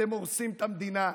אתם הורסים את המדינה,